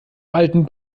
alten